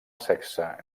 sexe